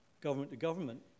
government-to-government